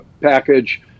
package